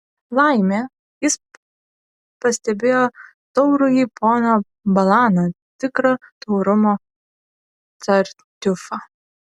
laimė jis pastebėjo taurųjį poną balaną tikrą taurumo tartiufą